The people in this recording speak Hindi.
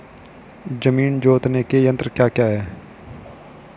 जमीन जोतने के यंत्र क्या क्या हैं?